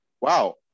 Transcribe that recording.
wow